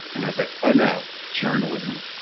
and i was like, oh, no. journalism.